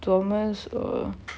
to the meals or